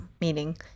meaning